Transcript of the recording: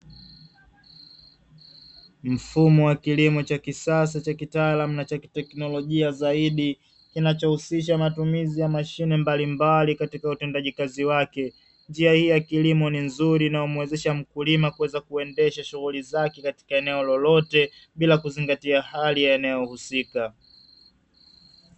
Mfumo wa kilimo cha kisasa cha kitaalamu na cha kiteknolojia zaidi kinachohusisha matumizi ya mashine mbalimbali katika utendaji kazi wake; njia hii ya kilimo ni nzuri na humwezesha mkulima kuweza kuendesha shughuli zake katika eneo lolote bila kuzingatia hali ya eneo husika.